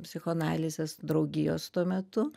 psichoanalizės draugijos tuo metu